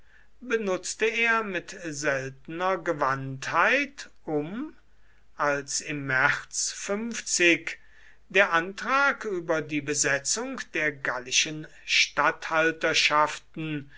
benutzte er mit seltener gewandtheit um als im märz der antrag über die besetzung der gallischen